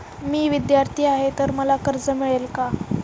मी विद्यार्थी आहे तर मला कर्ज मिळेल का?